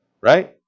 Right